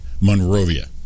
Monrovia